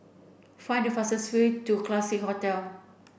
find the fastest way to Classique Hotel